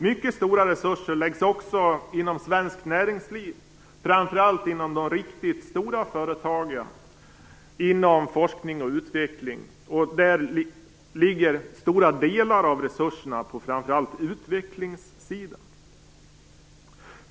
Mycket stora resurser läggs också inom svenskt näringsliv, framför allt inom de riktigt stora företagen, inom forskning och utveckling. Där ligger stora delar av resurserna på framför allt utvecklingssidan.